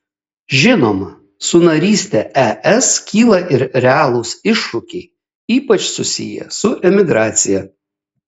žinoma su naryste es kyla ir realūs iššūkiai ypač susiję su emigracija